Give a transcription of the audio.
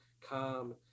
calm